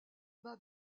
bat